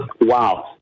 Wow